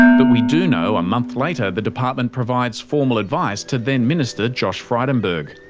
but we do know, a month later the department provides formal advice to then minister josh frydenberg.